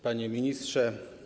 Panie Ministrze!